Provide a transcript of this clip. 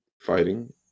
fighting